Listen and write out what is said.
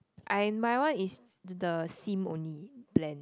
I my one is the same only plan